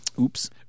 Oops